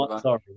Sorry